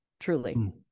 Truly